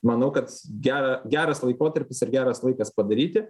manau kad gera geras laikotarpis ir geras laikas padaryti